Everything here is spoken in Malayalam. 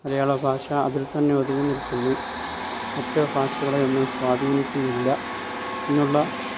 മലയാളഭാഷ അതിൽത്തന്നെ ഒതുങ്ങിനിൽക്കുന്നു മറ്റ് ഭാഷകളെയൊന്നും സ്വാധീനിക്കുന്നില്ല എന്നുള്ള